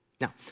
Now